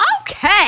Okay